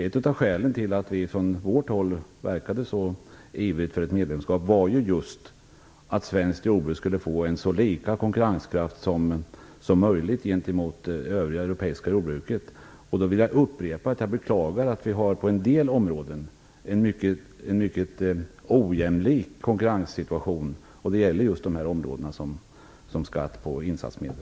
Ett av skälen till att vi från vårt håll verkade så ivrigt för ett medlemskap var just att svenskt jordbruk skulle få en så lika konkurrenskraft som möjligt gentemot det övriga europeiska jordbruket. Jag vill upprepa att jag beklagar att det på en del områden är en mycket ojämlik konkurrenssituation. Det gäller just ett sådant område som skatt på insatsmedel.